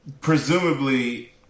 presumably